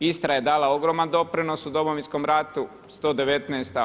Istra je dala ogroman doprinos u Domovinskom ratu, 119.